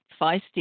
feisty